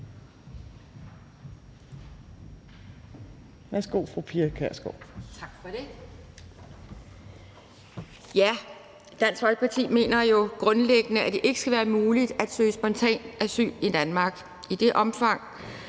Dansk Folkeparti mener jo grundlæggende, at det ikke skal være muligt at søge spontanasyl i Danmark.